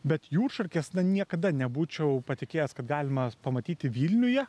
bet jūršarkės na niekada nebūčiau patikėjęs kad galima pamatyti vilniuje